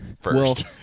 first